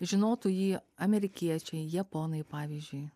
žinotų jį amerikiečiai japonai pavyzdžiui